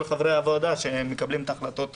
חברי הוועדה שמקבלים את ההחלטות הנכונות.